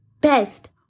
best